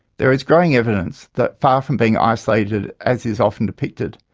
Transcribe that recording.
there is growing evidence that, far from being isolated as is often depicted,